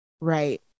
Right